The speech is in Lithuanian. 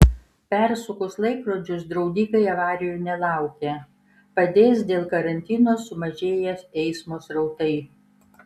persukus laikrodžius draudikai avarijų nelaukia padės dėl karantino sumažėję eismo srautai